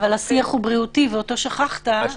אבל השיח הוא בריאותי, ואותו שכחת.